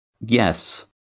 Yes